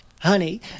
Honey